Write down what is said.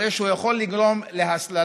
הרי שהוא יכול לגרום להסללה,